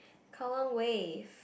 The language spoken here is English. Kallang Wave